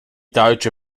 deutsche